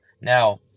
Now